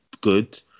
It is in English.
good